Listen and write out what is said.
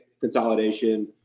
consolidation